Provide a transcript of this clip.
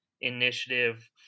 initiative